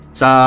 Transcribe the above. sa